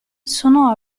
sono